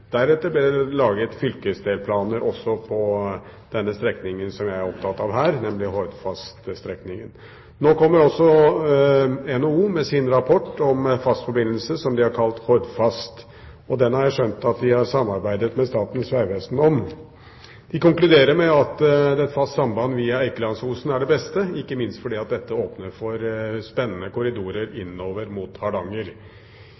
Deretter ble det laget fylkesdelplaner for den strekningen som jeg er opptatt av her, nemlig Hordfast-strekningen. NHO Hordaland har også kommet med sin rapport om fastlandsforbindelsen, som de har kalt Hordfast, og som jeg har skjønt at de har samarbeidet med Statens vegvesen om. De konkluderer med at et fast samband via Eikelandsosen er det beste, ikke minst fordi dette åpner for spennende korridorer